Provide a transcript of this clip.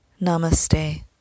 Namaste